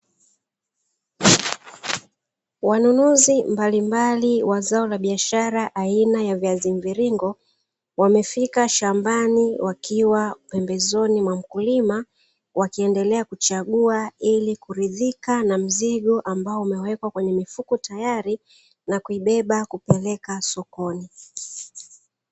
Wanunuzi mbalimbali wa zao la biashara aina ya viazi mviringo, wamefika shambani wakiwa pembezoni mwa mkulima wakiendelea kuchagua ili kuridhika na mzigo ambao umewekwa kwenye mifuko tayari na kuibeba kupeleka sokoni.